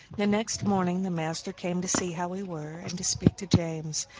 the next morning the master came to see how we were and to speak to james.